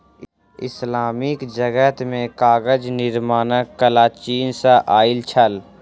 Islamic जगत मे कागज निर्माणक कला चीन सॅ आयल छल